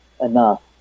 enough